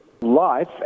life